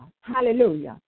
Hallelujah